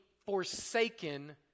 Forsaken